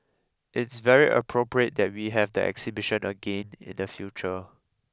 it's very appropriate that we have the exhibition again in the future